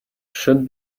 should